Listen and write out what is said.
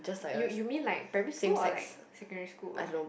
you you mean like primary school or like secondary school or what